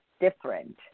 different